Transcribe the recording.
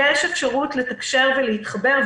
יש אפשרות לתקשר ולהתחבר.